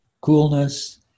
coolness